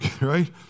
Right